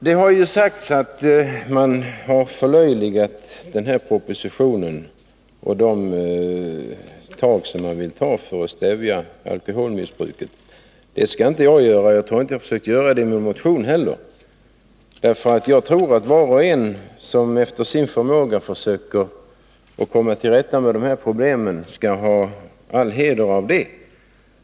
Det har sagts att man har förlöjligat den här propositionen och de tag som där tas för att stävja alkoholmissbruket. Det skall inte jag göra, och jag tror inte att vi har gjort det i vår motion heller, för jag tycker att var och en som efter sin förmåga försöker komma till rätta med dessa problem skall ha all heder av det.